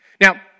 Now